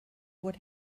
what